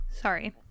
Sorry